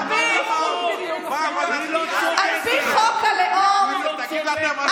לא נכון, היא לא צודקת, היא לא צודקת.